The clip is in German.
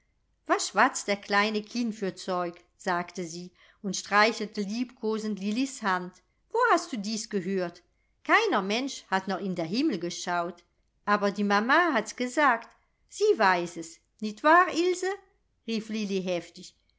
was schwatzt der kleine kind für zeug sagte sie und streichelte liebkosend lillis hand wo hast du dies gehört keiner mensch hat noch in der himmel geschaut aber die mama hat's gesagt sie weiß es nit wahr ilse rief lilli heftig